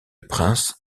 prince